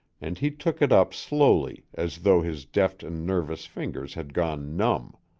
and he took it up slowly as though his deft and nervous fingers had gone numb.